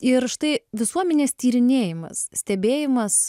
ir štai visuomenės tyrinėjimas stebėjimas